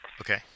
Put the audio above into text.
Okay